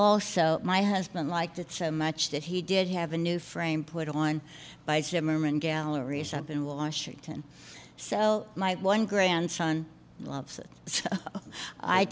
also my husband liked it so much that he did have a new frame put on by simran galleries up in washington so my one grandson loves it so i